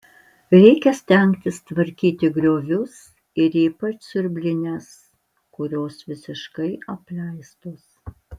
reikia stengtis tvarkyti griovius ir ypač siurblines kurios visiškai apleistos